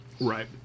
Right